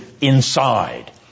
inside